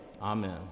amen